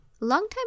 longtime